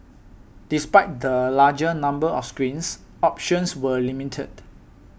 despite the larger number of screens options were limited